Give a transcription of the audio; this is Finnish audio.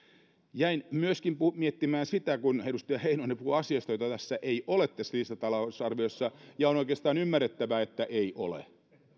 jäin myöskin miettimään sitä kun edustaja heinonen puhui asiasta jota tässä lisätalousarviossa ei ole ja on oikeastaan ymmärrettävää että ei ole